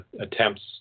attempts